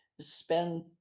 spend